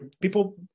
people